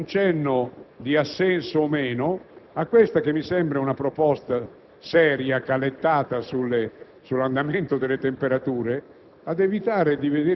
per avere un cenno di assenso o meno a questa che mi sembra una proposta seria, calettata sull'andamento delle temperature,